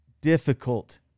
difficult